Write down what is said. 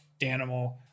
Danimal